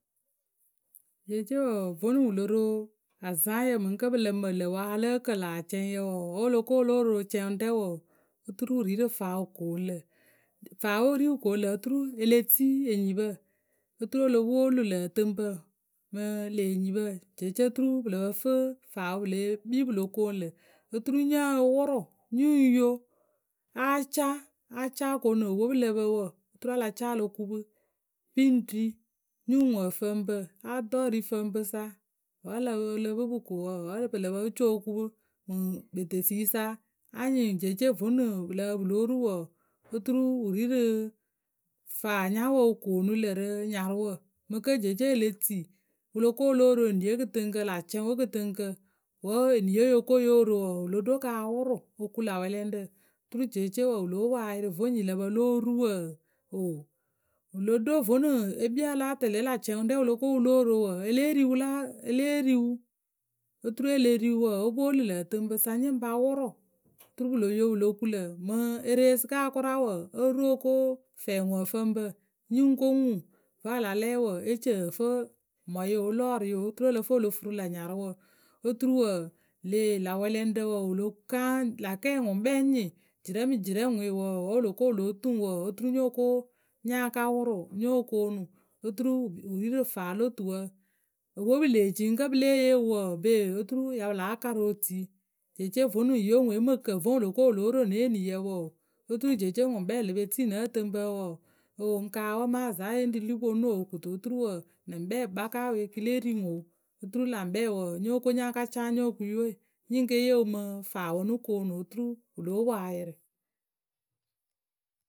Jeece wǝǝ vonuŋ wǝ lo ro azaŋyǝ mǝkǝ́ pǝ lǝ mǝ lǝ̈ wǝǝ a ya lǝ́ǝ kǝ lä acɛŋyǝ wǝǝ wǝ́ wǝ lo ko wǝ lóo ro cɛŋwǝ rɛ wǝǝ, oturu wǝ ri rǝ faa wǝ koonu lǝ̈. Faawǝ we wǝ ri wǝ koonu lǝ̈ oturu e le tii enyipǝ. Oturu o lo pwolu lǝ̈ ǝtɨŋpǝ mǝɨ lë enyipǝ jeece oturu pǝ lǝ pǝ fɨ faawǝ pǝ le kpii pǝ lo koonu lǝ̈ oturu nya wʊrʊ, nyǝ ŋ yo. Acaa o, acaa koonu o pǝwe pǝ lǝ pǝ wǝ, oturu a la caa o lo ku pǝ pǝ ŋ ri, nyǝ ŋ ŋuŋ ǝfǝŋpǝ. Adɔ erifǝŋpǝ sa. Wǝ́ ǝ lǝ pɨ pǝ ko wǝǝ, wǝ́ pǝ lǝ pǝ o co o ku pǝ mǝŋ kpetesiisa anyɩŋ jeece vonɨ pǝ lǝ pǝ pǝ lóo ru wǝǝ, wǝ ri rǝ faanyawǝ wǝ koo lǝ̂ rǝ nyarʊwǝ mǝ kǝ́ jeece e le tii wǝ lo ko wǝ lóo ro eniye kɨtɨŋkǝ, lä cɛŋwe kɨtɨŋkǝ wǝ́ eniye yo ko ro wǝǝ, wǝ lo ɖo kɨ awʊrʊ o ku lâ wɛlɛŋrǝ oturu jeece wǝ lóo poŋ ayɩrɩ vo nyiyǝ lǝ pǝ lóo ru wǝǝ, o. Wǝ lo ɖo nonɨ e kpii a láa tɛlɛ wǝ́ lä cɛŋwǝ rɛ wǝ lo ko wǝ lóo ro wǝǝ, e lée ri wǝ, oturu e le ri wǝ wǝǝ, o pwolu lǝ̈ ǝtɨŋpǝ sa nyǝŋ pa wʊrʊ oturu pǝ lo yo pǝ lo ku lǝ̈. Mǝŋ e re sɩka kʊraa wǝǝ, o ru o ko fɛɛŋuǝfǝŋpǝ nyǝŋ ko ŋuŋ. Vǝ́ a la lɛ wǝǝ, e ci ǝ fǝ mɔyǝ o, lɔrɩyǝ o oturu ǝ lǝ fǝ o lo furu lä nyarʊwǝ oturu wǝǝ lë lä wɛlɛŋrǝ wǝǝ kaa lä kɛɛ ŋwǝ kpɛ ŋ nyɩŋ jirɛ mǝ jirɛ wǝ lo ko wǝ lóo tuu ŋwǝ wǝǝ, oturu nyo ko nya ka wʊrʊ nyo koonu oturu wǝ ri rǝ faa lo tuwǝ. Opǝwe pǝ lee ci ŋ kǝ́ pǝ lée yee wǝǝ, ŋpe oturu pǝ ya láa karɨ otui, jeece vonu ye ŋwe ŋ mɨ kǝ vǝ́ wǝ lo ko wǝ lóo ro ne eniyǝ wǝǝ, oturu jeece ŋwǝ ŋkpɛ le pe tii nǝ ǝtɨŋpǝ wɔɔ oo ŋ kaawǝ mǝ azaŋye ŋ́ rili ponu o kɨto oturu nɨ ŋkpɛ kpaka kɨ le ri ŋwǝ o oturu lä ŋkpɛ wǝǝ, nyo ko nya ka caa nyo ku yǝwe nyǝŋ ke yee wǝ mǝ faawǝ nɨ koonu ŋwǝ oturu wǝ lóo poŋ ayɩrɩ.